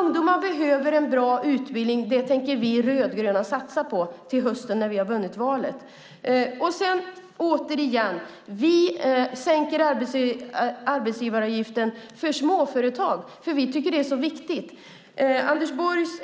Ungdomar behöver en bra utbildning. Det tänker vi rödgröna satsa på till hösten, när vi har vunnit valet. Återigen: Vi sänker arbetsgivaravgiften för småföretag, för vi tycker att det är viktigt. Anders Borgs